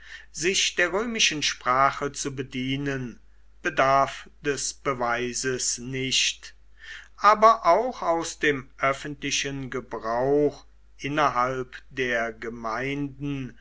sich der römischen sprache zu bedienen bedarf des beweises nicht aber auch aus dem öffentlichen gebrauch innerhalb der gemeinden